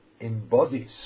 embodies